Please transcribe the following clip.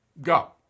Go